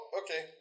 okay